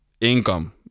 income